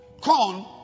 Corn